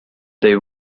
they